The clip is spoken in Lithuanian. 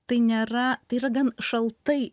tai nėra tai yra gan šaltai